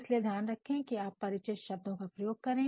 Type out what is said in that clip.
इसलिए ध्यान रखें कि आप परिचित शब्दों का प्रयोग करें